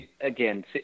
Again